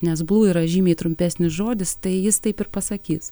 nes blū yra žymiai trumpesnis žodis tai jis taip ir pasakys